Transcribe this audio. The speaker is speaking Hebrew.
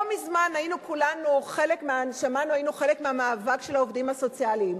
לא מזמן היינו כולנו חלק מהמאבק של העובדים הסוציאליים,